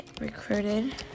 recruited